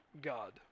God